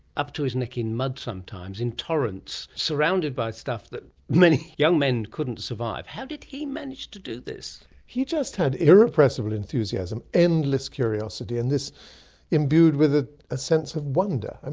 up to his neck in mud sometimes in torrents, surrounded by stuff that many young men couldn't survive. how did he manage to do this! he just had irrepressible enthusiasm, endless curiosity and this imbued with ah a sense of wonder. and